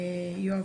יואב,